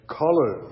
color